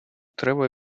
треба